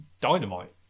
dynamite